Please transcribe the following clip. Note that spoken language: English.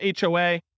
HOA